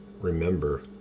remember